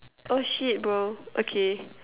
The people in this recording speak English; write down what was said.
oh shit bro okay